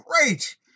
great